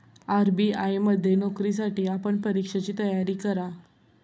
RBI मध्ये नोकरीसाठी आपण परीक्षेची तयारी करा